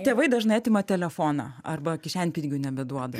tėvai dažnai atima telefoną arba kišenpinigių nebeduoda